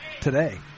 today